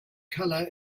color